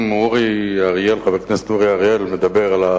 אם חבר הכנסת אורי אריאל מדבר על זה